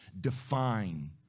define